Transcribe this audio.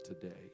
today